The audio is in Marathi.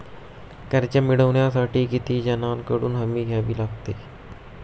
कर्ज मिळवण्यासाठी किती जणांकडून हमी द्यावी लागते?